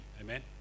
Amen